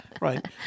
right